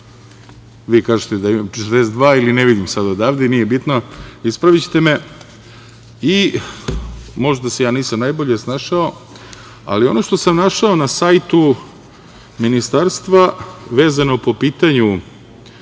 Vi kažete da ima 42, ili ne vidim sad odavde i nije ni bitno, ispravićete me, i možda se ja nisam najbolje snašao, ali ono što sam našao na sajtu Ministarstva, vezano po pitanju